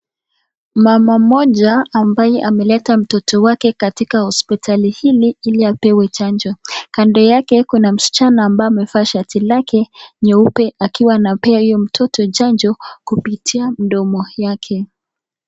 Mama mmoja ambaye ameleta mtoto wake katika hospitali hili ili apewe chanjo kando yake kuna msichana ambapo amevaa shati lake nyeupe akiwa anapea hiyo mtoto chanjo kupitia mdomo yake.